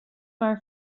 far